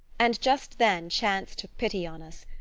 and just then chance took pity on us.